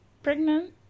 Pregnant